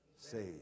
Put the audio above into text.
saved